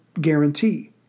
guarantee